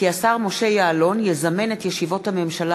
כי השר משה יעלון יזמן את ישיבות הממשלה